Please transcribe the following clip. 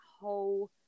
whole